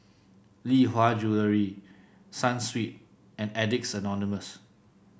Lee Hwa Jewellery Sunsweet and Addicts Anonymous